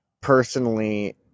personally